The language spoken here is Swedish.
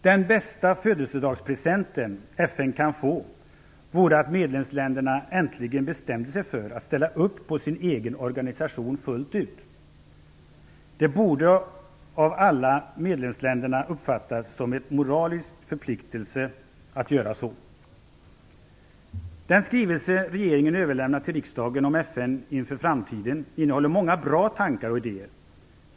Den bästa födelsedagspresent som FN kunde få vore att medlemsländerna äntligen bestämde sig för att fullt ut ställa upp på sin egen organisation. Det borde av alla medlemsländerna uppfattas som en moralisk förpliktelse att göra så. Den skrivelse som regeringen överlämnat till riksdagen om FN inför framtiden innehåller många bra tankar och idéer.